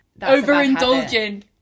overindulging